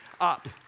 up